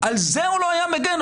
על זה הוא לא היה מגן?